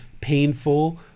painful